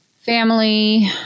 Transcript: family